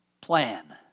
plan